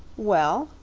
well,